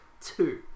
Two